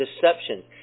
deception